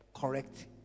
correct